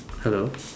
hello